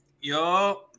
Yo